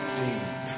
deep